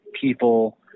people